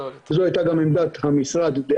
גם תוסיפי.